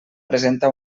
presenta